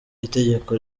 itegeko